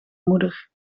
moeder